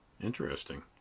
Interesting